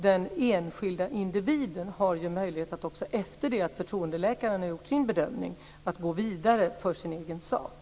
Den enskilda individen har alltså möjlighet att gå vidare för sin egen sak också efter det att förtroendeläkaren har gjort sin bedömning.